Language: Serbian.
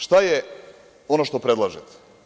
Šta je ono što predlažete?